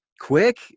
quick